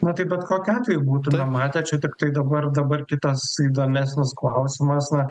na tai bet kokiu atveju būtume matę čia tiktai dabar dabar kitas įdomesnis klausimas na